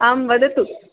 आम् वदतु